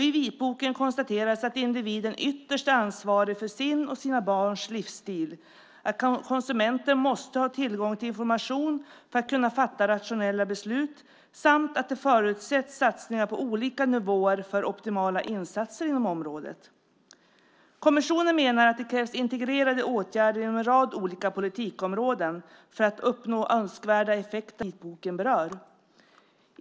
I vitboken konstateras att individen ytterst är ansvarig för sin och sina barns livsstil, att konsumenten måste ha tillgång till information för att kunna fatta rationella beslut samt att det förutsätts satsningar på olika nivåer för optimala insatser inom området. Kommissionen menar att det krävs integrerade åtgärder inom en rad olika politikområden för att man ska uppnå önskvärda effekter för de hälsofrågor som vitboken berör.